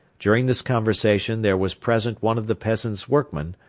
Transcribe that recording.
during this conversation there was present one of the peasant's workmen,